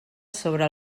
sobre